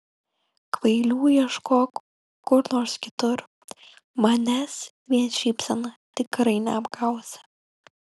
kvailių ieškok kur nors kitur manęs vien šypsena tikrai neapgausi